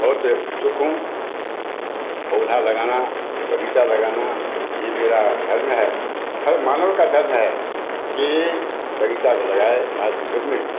बहुत सुखों पौधा लगाना बग़ीचा लगाना यह मेरा धर्म है हर मानव का धर्म है कि बग़ीचा को लगाए आज के युग में